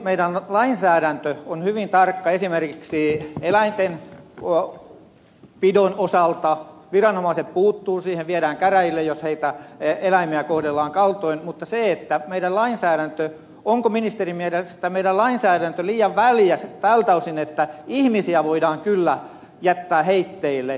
meidän lainsäädäntömme on hyvin tarkka esimerkiksi eläinten pidon osalta viranomaiset puuttuvat siihen viedään käräjille jos eläimiä kohdellaan kaltoin mutta onko meidän lainsäädäntömme ministerin mielestä liian väljä tältä osin että vanhoja ihmisiä voidaan kyllä jättää heitteille